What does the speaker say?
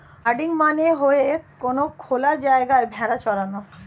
herding মানে হয়ে কোনো খোলা জায়গায় ভেড়া চরানো